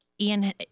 Ian